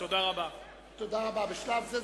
מה זה "בשלב זה"?